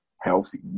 healthy